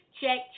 Check